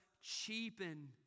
cheapen